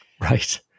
Right